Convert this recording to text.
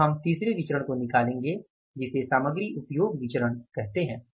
अब हम तीसरे विचरण को निकालेंगे जिसे सामग्री उपयोग विचरण कहते है